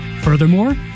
Furthermore